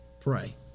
pray